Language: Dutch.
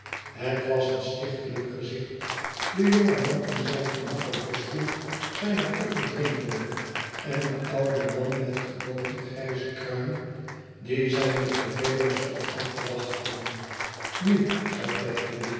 het was een stichtelijk gezicht de jonge man in zijn gemakkelijken stoel zijne koffie drinkende en de oude man met gebogen grijze kruin die zijne bevelen stond af te wachten inu zei